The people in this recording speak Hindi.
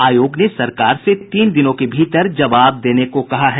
आयोग ने सरकार से तीन दिनों के भीतर जवाब देने को कहा है